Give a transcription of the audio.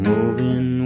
Moving